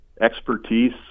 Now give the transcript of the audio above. expertise